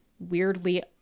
weirdly